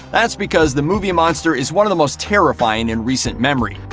that's because the movie monster is one of the most terrifying in recent memory.